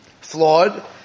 flawed